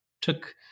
took